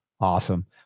Awesome